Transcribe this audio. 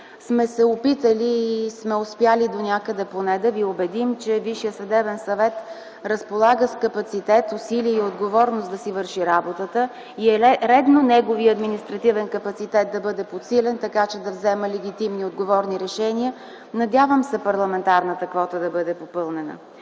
сме се опитали и сме успели донякъде поне да ви убедим, че Висшият съдебен съвет разполага с капацитет, усилия и отговорност да си върши работата и е редно неговият административен капацитет да бъде подсилен, така че да взема легитимни и отговорни решения. Надявам се парламентарната квота да бъде попълнена.